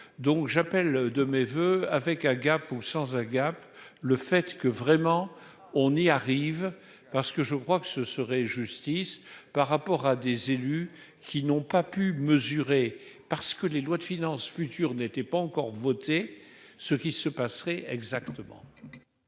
donc j'appelle de mes voeux avec un gars pour sans à Gap, le fait que, vraiment, on y arrive parce que je crois que ce serait justice par rapport à des élus qui n'ont pas pu mesurer parce que les lois de finances futur n'était pas encore voté, ce qui se passerait exactement.